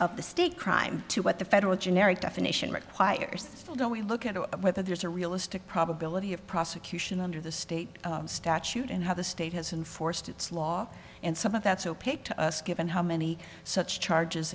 of the state crime to what the federal generic definition requires we look at whether there's a realistic probability of prosecution under the state statute and how the state has enforced its law and some of that so paid to us given how many such charges